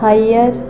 Higher